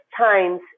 times